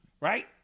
Right